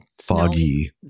foggy